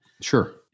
sure